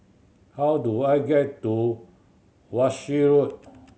how do I get to Walshe Road